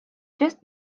just